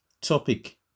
Topic